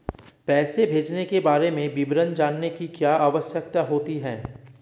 पैसे भेजने के बारे में विवरण जानने की क्या आवश्यकता होती है?